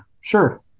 Sure